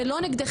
זה לא נגדכם.